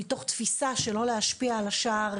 מתוך תפיסה שלא להשפיע על השער